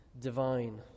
divine